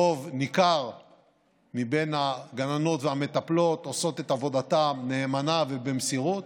רוב ניכר מהגננות והמטפלות עושות את עבודתן נאמנה ובמסירות,